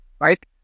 right